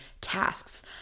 tasks